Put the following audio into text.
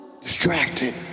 Distracted